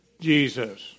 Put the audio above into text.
Jesus